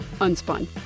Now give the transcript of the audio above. Unspun